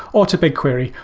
or to bigquery,